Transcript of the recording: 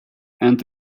and